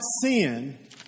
sin